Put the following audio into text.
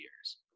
years